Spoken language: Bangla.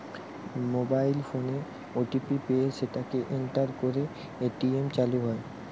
মোবাইল ফোনে ও.টি.পি পেয়ে সেটাকে এন্টার করে এ.টি.এম চালু হয়